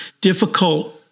difficult